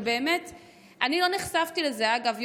אגב,